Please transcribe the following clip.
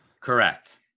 correct